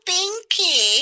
Pinky